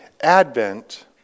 Advent